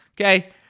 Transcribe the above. Okay